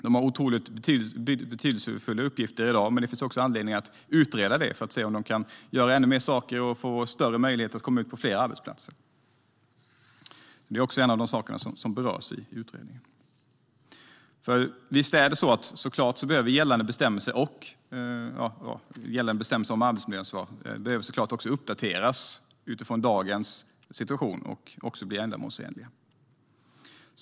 De har otroligt betydelsefulla uppgifter i dag, men det finns också anledning att utreda om de kan göra ännu mer och få större möjlighet att komma ut på fler arbetsplatser. Det är också en av de saker som berörs i utredningen. Även gällande bestämmelser om arbetsmiljöansvar behöver uppdateras utifrån dagens situation och bli ändamålsenliga.